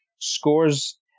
scores